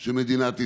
של מדינת ישראל.